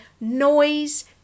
Noise